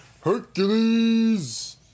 Hercules